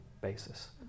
basis